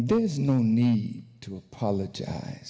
there's no need to apologize